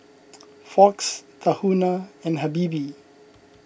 Fox Tahuna and Habibie